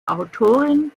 autorin